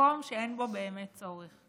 במקום שאין בו באמת צורך.